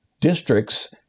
districts